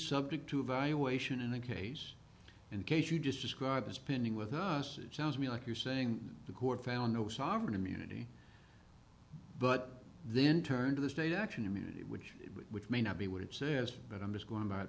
subject to evaluation in the case and case you just described as pending with us it sounds to me like you're saying the court found no sovereign immunity but then turn to the state action immunity which which may not be what it says but i'm just going by